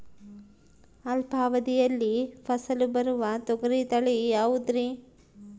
ಅಲ್ಪಾವಧಿಯಲ್ಲಿ ಫಸಲು ಬರುವ ತೊಗರಿ ತಳಿ ಯಾವುದುರಿ?